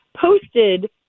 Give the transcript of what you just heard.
posted